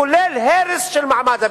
כולל הרס של מעמד הביניים.